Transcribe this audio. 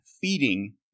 feeding